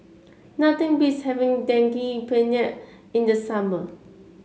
nothing beats having Daging Penyet in the summer